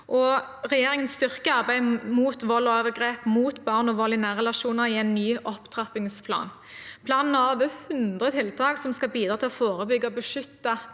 Regjeringen styrker arbeidet mot vold og overgrep mot barn og vold i nære relasjoner i en ny opptrappingsplan. Planen har over hundre tiltak som skal bidra til å forebygge og beskytte